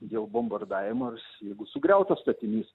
jau bombardavimas jeigu sugriautas statinys